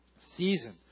season